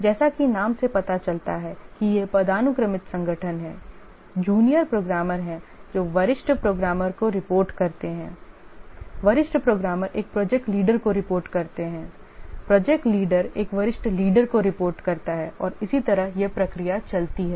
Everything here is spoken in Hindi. जैसा कि नाम से पता चलता है कि यह पदानुक्रमित संगठन है जूनियर प्रोग्रामर हैं जो वरिष्ठ प्रोग्रामर को रिपोर्ट करते हैं वरिष्ठ प्रोग्रामर एक प्रोजेक्ट लीडर को रिपोर्ट करते हैं प्रोजेक्ट लीडर एक वरिष्ठ लीडर को रिपोर्ट करता है और इसी तरह यह प्रक्रिया चलती है